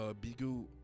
Bigu